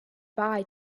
bye